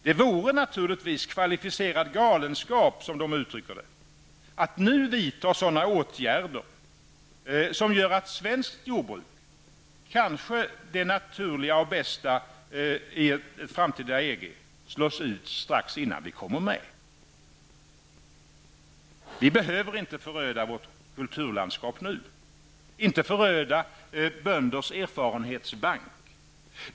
Det vore naturligtvis ''kvalificerad galenskap'', som de uttrycker det, att nu vidta sådana åtgärder som gör att svenskt jordbruk -- kanske det mest naturliga och bästa i ett framtida EG -- slås ut strax innan vi kommer med. Vi behöver inte nu föröda vårt kulturlandskap och inte föröda bönders erfarenhetsbank.